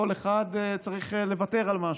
כל אחד צריך לוותר על משהו.